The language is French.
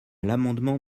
l’amendement